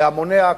בהמוניה,